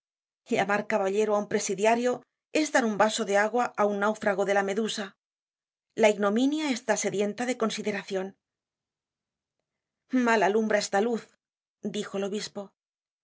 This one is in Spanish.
llamar caballero á un presidiario es dar un vaso de agua á un náufrago de la medusa la ignominia está sedienta de consideracion mal alumbra esta luz dijo el obispo